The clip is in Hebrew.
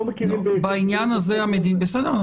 אבל אי אפשר להגיד: אנחנו לא מכירים ב --- בסדר,